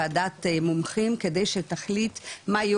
וועדת מומחים כדי שתחליט מה יהיו